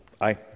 Aye